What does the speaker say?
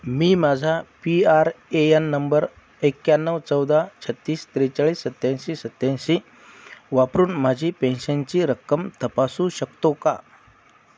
मी माझा P R A N number एक्याण्णव चौदा छत्तीस त्रेचाळीस सत्त्याऐंशी सत्त्याऐंशी वापरून माझी पेन्शनची रक्कम तपासू शकतो का